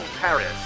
Paris